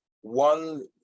one